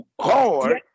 hard